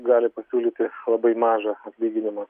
gali pasiūlyti labai mažą atlyginimą